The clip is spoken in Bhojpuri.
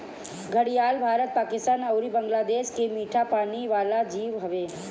घड़ियाल भारत, पाकिस्तान अउरी बांग्लादेश के मीठा पानी वाला जीव हवे